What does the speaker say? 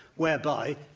whereby,